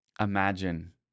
imagine